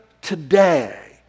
today